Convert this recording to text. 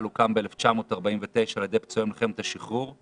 הוקם ב-1949 על ידי פצועי מלחמת השחרור,